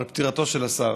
על פטירתו של השר.